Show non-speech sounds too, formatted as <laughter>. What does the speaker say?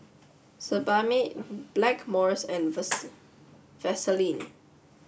Sebamed Blackmores and <noise> <unintelligible> Vaselin